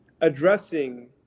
addressing